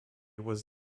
was